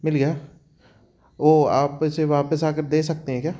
मिल गया ओ आप इसे वापस आकर दे सकते हैं क्या